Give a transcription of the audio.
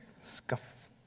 scuff